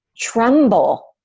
tremble